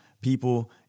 people